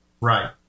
Right